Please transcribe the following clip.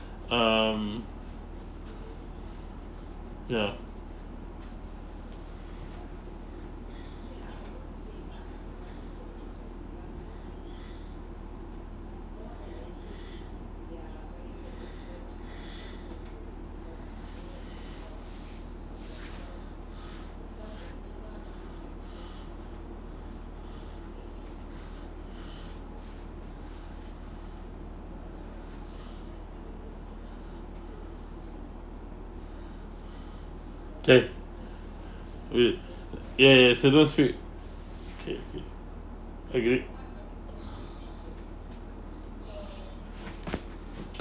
um ya K mm ya ya similar's fee K K agreed